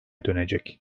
dönecek